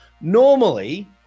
Normally